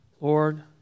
Lord